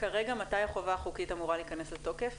מתי החובה החוקית אמורה להכנס לתוקף?